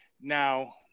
Now